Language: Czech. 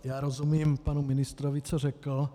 Já rozumím panu ministrovi, co řekl.